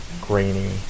grainy